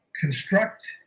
construct